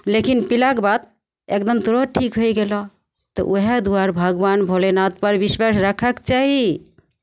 लेकिन पीलाके बाद एकदम तुरन्त ठीक होय गेलहु तऽ उएह दुआरे भगवान भोलेनाथपर विश्वास रखयके चाही